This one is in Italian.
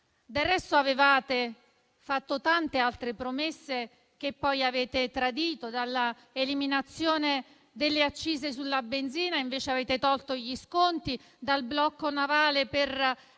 Inoltre, avevate fatto tante altre promesse che poi avete tradito: l'eliminazione delle accise sulla benzina, invece avete tolto gli sconti; il blocco navale per